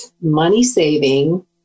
money-saving